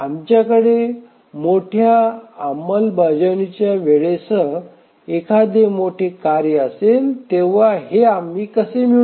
आमच्याकडे मोठ्या अंमलबजावणीच्या वेळेसह एखादे मोठे कार्य असेल तेव्हा हे आम्ही कसे मिळवू